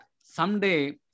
someday